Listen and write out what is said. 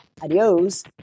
Adios